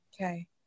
Okay